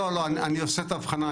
אני עושה את ההבחנה,